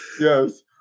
Yes